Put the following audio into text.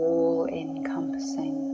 All-encompassing